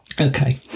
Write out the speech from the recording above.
Okay